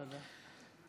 תודה.